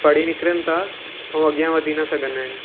पढ़ी निकिरनि था ऐं अॻियां वधी ना सघंदा आहिनि